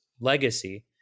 legacy